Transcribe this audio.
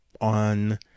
On